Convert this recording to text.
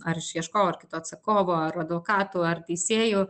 ar iš ieškovo ar kito atsakovo ar advokatų ar teisėjų